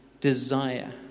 desire